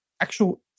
actual